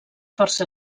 força